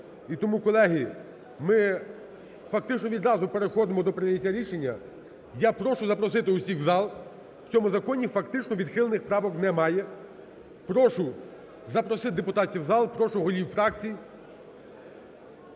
І тому, колеги, ми фактично відразу переходимо до прийняття рішення. Я прошу запросити усіх в зал, в цьому законі фактично відхилених правок немає. Прошу запросити депутатів в зал, прошу голів фракцій